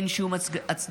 אין שום הצדקה.